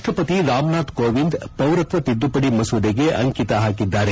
ರಾಷ್ಟಪತಿ ರಾಮನಾಥ್ ಕೋವಿಂದ್ ಪೌರತ್ವ ತಿದ್ದುಪಡಿ ಮಸೂದೆಗೆ ಅಂಕಿತ ಹಾಕಿದ್ದಾರೆ